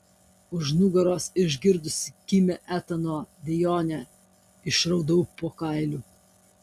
už nugaros išgirdusi kimią etano dejonę išraudau po kailiu